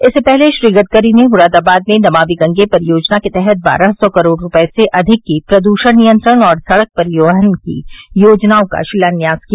इससे पहले श्री गडकरी ने मुरादाबाद में नमामि गंगे परियोजना के तहत बारह सौ करोड़ रूपये से अधिक की प्रदूषण नियंत्रण और सड़क परिवहन की योजनाओं का शिलान्यास किया